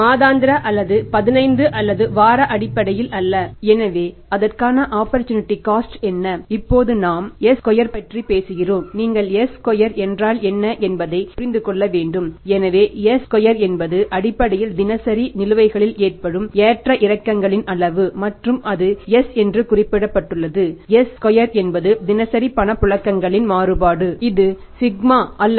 மாதாந்திர அல்லது பதினைந்து அல்லது வார அடிப்படையில் அல்ல